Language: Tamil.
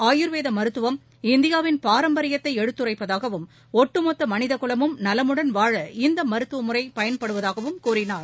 ஆயுர்வேத மருத்துவம் இந்தியாவின் பாரம்பரியத்தை எடுத்துரைப்பதாகவும் ஒட்டுமொத்த மனிதகுலமும் நலமுடன் வாழ இந்த மருத்துவமுறை பயன்படுவதாகவும் கூறினார்